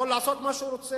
יכול לעשות הכול,